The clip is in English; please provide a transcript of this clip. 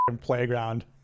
playground